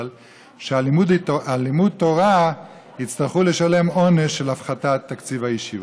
שעל לימוד תורה יצטרכו לשלם עונש של הפחתת תקציב הישיבות.